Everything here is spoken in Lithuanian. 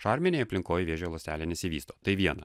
šarminėj aplinkoj vėžio ląstelė nesivysto tai viena